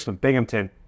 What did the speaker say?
Binghamton